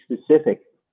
specific